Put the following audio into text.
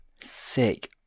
sick